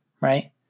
right